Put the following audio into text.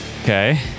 Okay